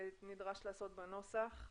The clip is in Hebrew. שנדרש לעשות בנוסח.